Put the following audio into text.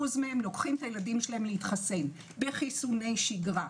מהם לוקחים את הילדים שלהם להתחסן בחיסוני שגרה.